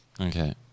okay